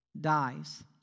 dies